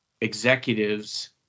executives